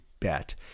bet